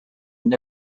une